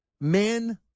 Men